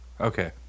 Okay